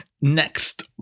Next